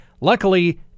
Luckily